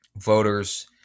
voters